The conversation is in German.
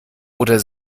oder